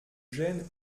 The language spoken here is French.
gêne